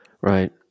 Right